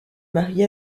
marié